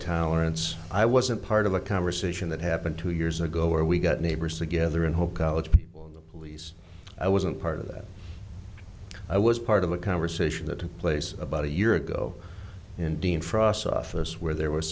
tolerance i wasn't part of a conversation that happened two years ago where we got neighbors together and whole college people and the police i wasn't part of that i was part of a conversation that took place about a year ago and dean frost office where there w